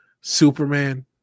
Superman